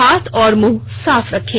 हाथ और मुंह साफ रखें